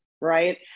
right